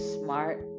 smart